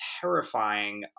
terrifying